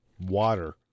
water